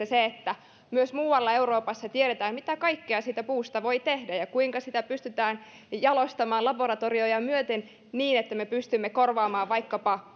se että myös muualla euroopassa tiedetään mitä kaikkea siitä puusta voi tehdä ja kuinka sitä pystytään jalostamaan laboratorioita myöten niin että me pystymme korvaamaan vaikkapa